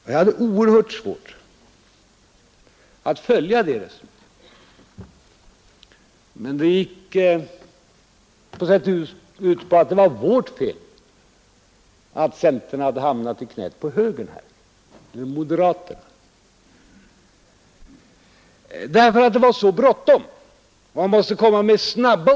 Jag hade oerhört svårt att följa det resonemanget, men förslaget gick på sätt och vis ut på att det var vårt fel att centern hade hamnat i knäet på högern — nu moderaterna; det var bråttom, och man måste vidta åtgärder snabbt.